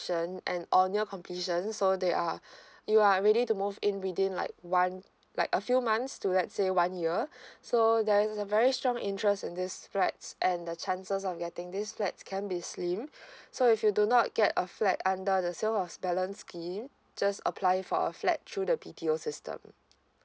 and only on completion so they are you are ready to move in within like one like a few months to let say one year so there is a very strong interest in this flats and the chances of getting these flats can be slim so if you do not get a flat under the sales of balance scheme just apply for a flat through the B_T_O system